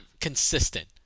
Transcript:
consistent